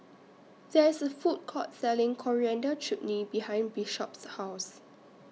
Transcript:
There IS A Food Court Selling Coriander Chutney behind Bishop's House